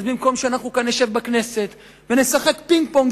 אז במקום שאנחנו נשב כאן בכנסת ונשחק פינג-פונג